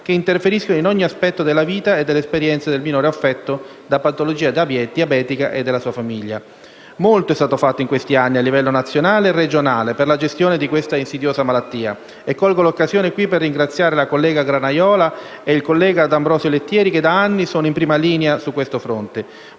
che interferiscono in ogni aspetto della vita e delle esperienze del minore affetto da patologia diabetica e della sua famiglia. Molto è stato fatto in questi anni a livello nazionale e regionale per la gestione di questa insidiosa malattia - e colgo l'occasione per ringraziare la collega Granaiola e il collega D'Ambrosio Lettieri che da anni sono in prima linea su questo fronte